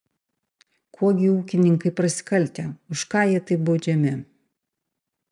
kuo gi ūkininkai prasikaltę už ką jie taip baudžiami